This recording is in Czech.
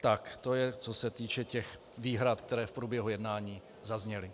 Tak to je, co se týče výhrad, které v průběhu jednání zazněly.